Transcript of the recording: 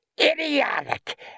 idiotic